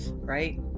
right